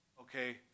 Okay